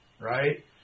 right